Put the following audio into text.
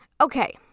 Okay